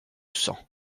sang